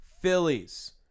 Phillies